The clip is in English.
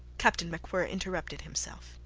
captain macwhirr interrupted himself,